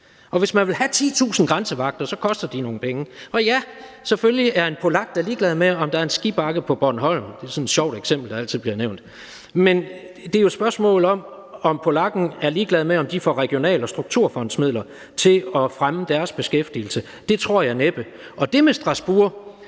og hvis man vil have 10.000 grænsevagter, koster de nogle penge. Og ja, selvfølgelig er en polak da ligeglad med, om der er en skibakke på Bornholm – det er sådan et sjovt eksempel, der altid bliver nævnt – men det er jo et spørgsmål om, om polakken er ligeglad med, om de får regional- og strukturfondsmidler til at fremme deres beskæftigelse. Det tror jeg næppe. Og til det med Strasbourg: